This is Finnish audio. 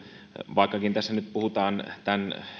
vaikkakin tässä nyt puhutaan tämän